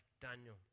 Daniel